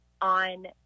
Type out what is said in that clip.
on